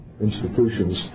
institutions